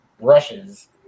Rushes